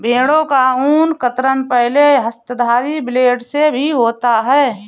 भेड़ों का ऊन कतरन पहले हस्तधारी ब्लेड से भी होता है